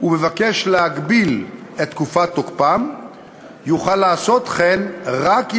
ומבקש להגביל את תקופת תוקפם יוכל לעשות כן רק אם